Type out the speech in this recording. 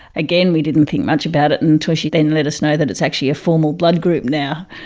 again, we didn't think much about it until she then let us know that it's actually a formal blood group now,